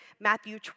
Matthew